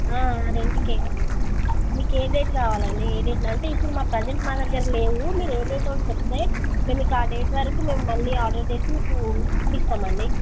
రెంటుకే మీకు ఏ డేట్ కావాలండి ఏ డేట్న అంటే ఇప్పుడు ప్రజెంట్ మా దగ్గర లేవు మీరు ఏ డేటో చెప్తే మేము మీకు ఆ డేట్ వరకు మేము మళ్ళీ ఆర్డర్ చేసి మీకు ఇప్పిస్తామండి